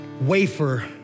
wafer